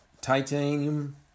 titanium